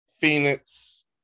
Phoenix